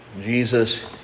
Jesus